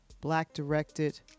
Black-directed